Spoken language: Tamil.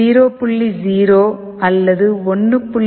0 அல்லது 1